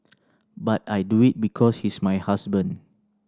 but I do it because he's my husband